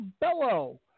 Bellow